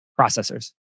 processors